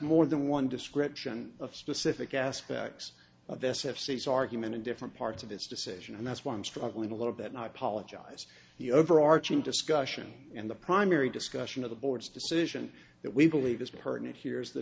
than one description of specific aspects of this have states argument in different parts of this decision and that's why i'm struggling a little bit not apologize the overarching discussion and the primary discussion of the board's decision that we believe is pertinent here is the